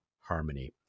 Harmony